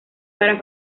para